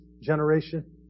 generation